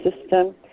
system